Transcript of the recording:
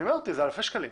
אלפי שקלים.